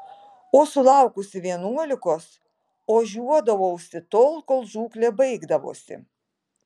o sulaukusi vienuolikos ožiuodavausi tol kol žūklė baigdavosi